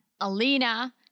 Alina